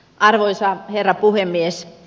arvoisa herra puhemies